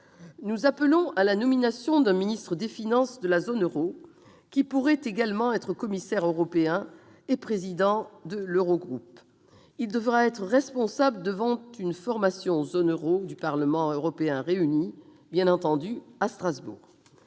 Nous appelons à la nomination d'un ministre des finances de la zone euro, qui pourrait également être commissaire européen et président de l'Eurogroupe. Il devra être responsable devant une « formation zone euro » du Parlement européen réunie, bien entendu, à Strasbourg.